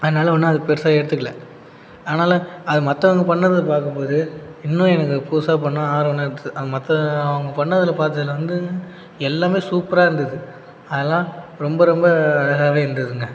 அதனால் ஒன்றும் அதை பெருசாக எடுத்துக்கல அதனால் அதை மற்றவங்க பண்ணுறதை பார்க்கும்போது இன்னும் எனக்கு அது புதுசாக பண்ணுன்னு ஆர்வனாந்து மற்ற அவங்க பண்ணதுல பார்த்ததுல வந்து எல்லாமே சூப்பராக இருந்துது அதெலாம் ரொம்ப ரொம்ப அழகாகவே இருந்துதுங்க